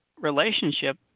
relationship